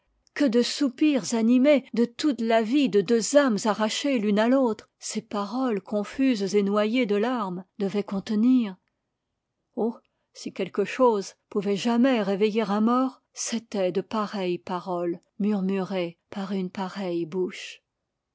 que de soupirs animés de toute la vie de deux ames arrachées l'une à l autre ces paroles confuses et noyées de larmes devaient contenir oh si quelque chose pouvait jamais réveiller un mort c'étaient de pareilles paroles murmurées par une pareille bouche